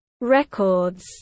records